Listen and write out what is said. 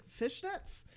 fishnets